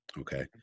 Okay